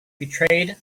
betrayed